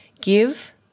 give